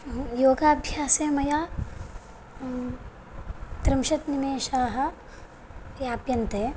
योगाभ्यासे मया त्रिंशत् निमेषाः याप्यन्ते